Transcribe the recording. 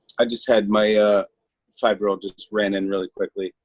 i just had my five year old just ran in really quickly,